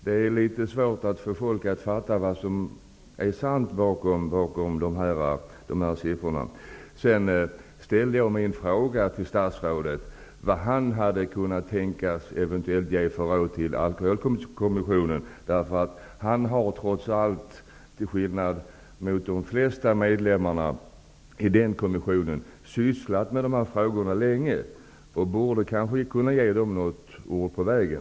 Det är litet svårt för folk att fatta vad som är sant bakom dessa siffror. Jag ställde en fråga till statsrådet om vad han eventuellt hade kunnat tänka sig att ge för råd till Alkoholkommissionen. Till skillnad från de flesta medlemmarna i denna kommission har statsrådet trots allt sysslat länge med dessa frågor. Därför borde han kunna ge kommissionen ett ord på vägen.